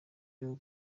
byo